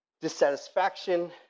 dissatisfaction